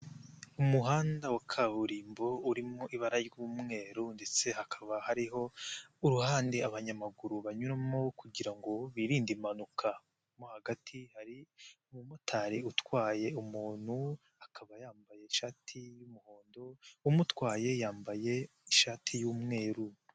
Umuhanda wa kaburimbo urimo ibara ry'umweru ndetse hakaba hariho uruhande abanyamaguru banyuramo kugira ngo birinde impanuka, mo hagati hari umumotari utwaye umuntu akaba yambaye ishati y'umuhondo, umutwaye yambaye ishati y'umweru.